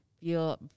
feel